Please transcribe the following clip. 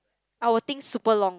our things super long